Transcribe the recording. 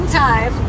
time